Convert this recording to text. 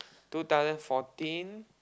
two thousand fourteen